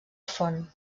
font